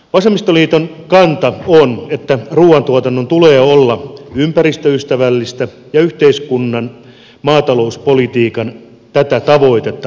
vasemmistoliiton kanta on että ruuantuotannon tulee olla ympäristöystävällistä ja yhteiskunnan maatalouspolitiikan tätä tavoitetta tukevaa